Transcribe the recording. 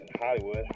Hollywood